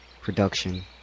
production